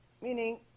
Meaning